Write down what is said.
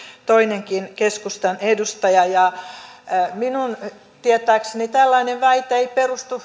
toinenkin keskustan edustaja minun tietääkseni tällainen väite ei perustu